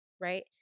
right